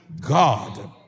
God